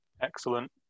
Excellent